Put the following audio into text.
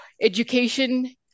education